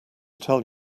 tell